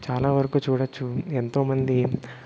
చాలా వరకు చూడొచ్చు ఎంతోమంది